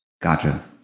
gotcha